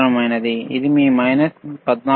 ఇది మీ మైనస్ 14